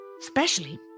especially